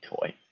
toy